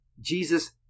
Jesus